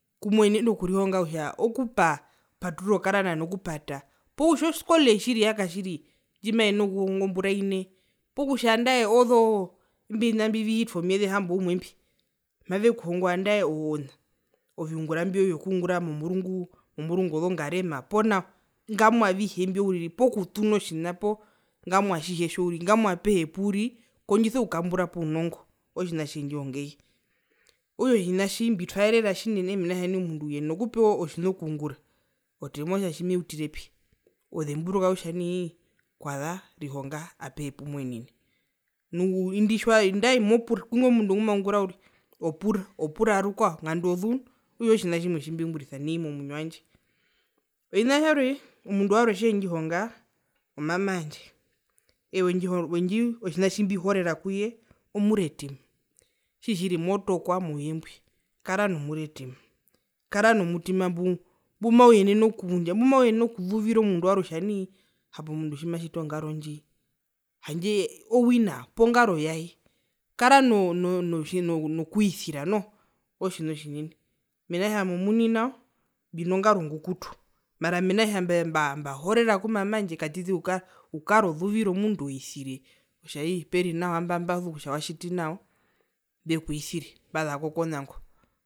Kumwenene okurihonga kutja okupaturura okarana nokupata poo kutja oskole tjiri yakatjiri ndjimaiyenene okukuhonga ozombura ine poo kutja nandae ozo ozo imbi ovina mbi hitwa omyeze hamboumwe mbi mavekuhongo nandae oo ona oviungura mbio vyokungura momurungu omurungu ozongarema poo ponao ngamwa avihe mbio uriri poo kutuna otjina po ngamwa atjihe tjo po ngamwa apehe puuri kondjisa okukamburapo tjina ootjina tjendjihonga eye, okutja otjina tji mbitwaerera tjinene mena kutja nai omundu uyenena okupewa otjina okungura otemwa kutja meutirepi ozemburuka kutja nai kwaza rihonga apehe pumwenene nu indi tjawa nandae mopura kwingo mundu ngumaungura uriri opura opura rukwao nganda ozuu okutja ootjina tjimwe tjimbiungurisa nai momwinyo wandje, otjina tjarwe omundu warwe tjendjihonga o mama wandje eye wendjiotjina tjimbihorera kuye omuretima tjiri tjiri motokwa mouye mbwi kara nomuretima kara nomutima mbu mbumauyenene okuundja mbumauyenene okuzuvira omundu warwe kutja nai hapo omundu tjimatjiti ongar ndji handje owina po ngaro yae kara no no nokwisira noho ootjina tjinene mena kutja nai mbino ngaro ngukutu mara mena kutja mba mbahorera ku mama wandje katiti uka ukara ozuvire omundu nganda oizire otja ii peri nawa imbazuu kutja watjiti nao mbekwisire mbazako konango.